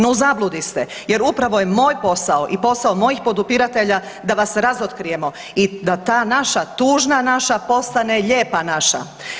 No u zabludi ste jer upravo je moj posao i posao mojih podupiratelja da vas razotkrijemo i da ta naša tužna, naša postane lijepa naša.